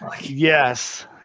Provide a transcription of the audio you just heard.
Yes